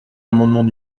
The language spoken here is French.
amendements